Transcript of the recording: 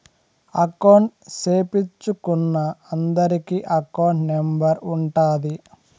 account సేపిచ్చుకున్నా అందరికి account number ఉంటాది